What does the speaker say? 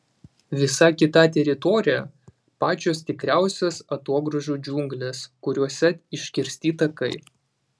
visa kita teritorija pačios tikriausios atogrąžų džiunglės kuriose iškirsti takai